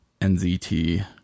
NZT